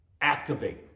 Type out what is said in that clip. activate